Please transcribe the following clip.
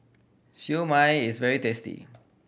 Siew Mai is very tasty